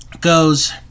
goes